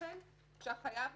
לכן כשהחייב